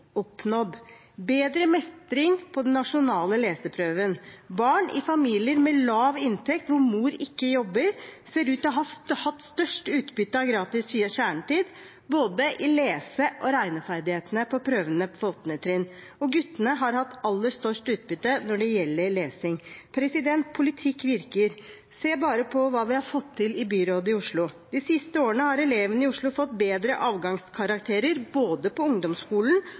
oppnådd bedre mestring på den nasjonale leseprøven. Barn i familier med lav inntekt, hvor mor ikke jobber, ser ut til å ha hatt størst utbytte av gratis kjernetid, i både lese- og regneferdighetene på prøvene på 8. trinn, og guttene har hatt aller størst utbytte når det gjelder lesing. Politikk virker. Se bare på hva vi har fått til i byrådet i Oslo. De siste årene har elevene i Oslo fått bedre avgangskarakterer både på ungdomsskolen